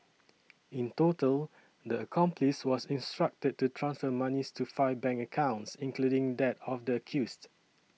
in total the accomplice was instructed to transfer monies to five bank accounts including that of the accused